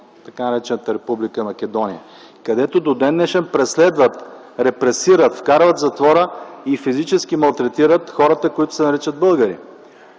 Така наречената Република Македония, където до ден днешен преследват, репресират, вкарват в затвора и физически малтретират хората, които се наричат българи.